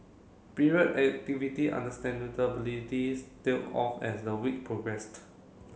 period activity tailed off as the week progressed